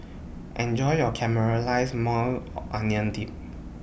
Enjoy your Caramelized Maui Onion Dip